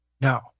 No